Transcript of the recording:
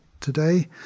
today